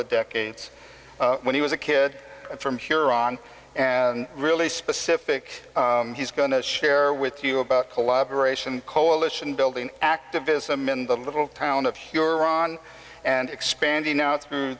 of decades when he was a kid from huron and really specific he's going to share with you about collaboration coalition building activism in the little town of huron and expanding out through